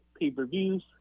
pay-per-views